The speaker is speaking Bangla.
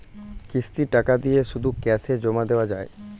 কিস্তির টাকা দিয়ে শুধু ক্যাসে জমা দেওয়া যায়?